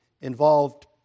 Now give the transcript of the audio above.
involved